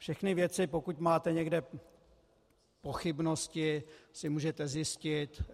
Všechny věci, pokud máte někde pochybnosti, si můžete zjistit.